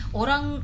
orang